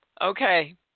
Okay